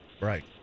Right